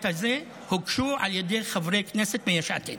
הזה הוגשו על ידי חברי כנסת מיש עתיד,